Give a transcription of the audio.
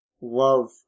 love